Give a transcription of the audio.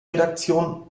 redaktion